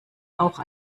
auch